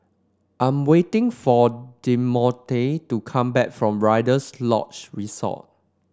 I'm waiting for Demonte to come back from Rider's Lodge Resort